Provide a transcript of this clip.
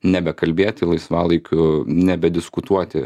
nebekalbėti laisvalaikiu nebediskutuoti